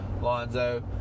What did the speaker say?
Lonzo